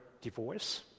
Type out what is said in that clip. divorce